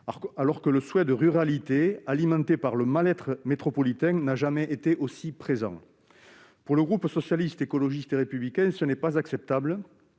alors que le souhait de ruralité alimenté par le mal-être métropolitain n'a jamais été aussi présent. Pour le groupe Socialiste, Écologiste et Républicain, ce n'est pas acceptable.